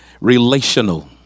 relational